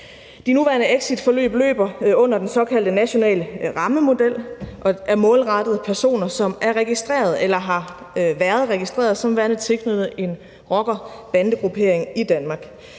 De nuværende exitforløb løber under den såkaldte nationale rammemodel og er målrettet personer, som er registreret eller har været registreret som værende tilknyttet en rocker-bande-gruppering i Danmark.